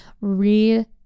Read